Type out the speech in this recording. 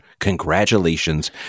Congratulations